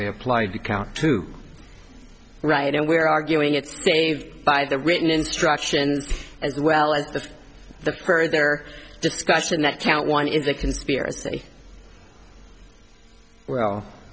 they applied the count to right and we're arguing it's saved by the written instructions as well as the the per their discussion that count one is a conspiracy well